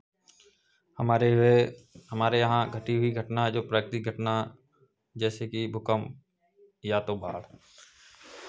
हमारे घर हमारे यहाँ घटी हुई घटना जो प्राकृतिक घटना जैसे कि भूकंप या तो बाढ़